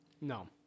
No